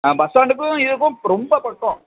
bus ஸ்டாண்டுக்கும் இதுக்கும் ரொம்ப பக்கம்